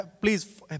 please